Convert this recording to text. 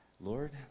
Lord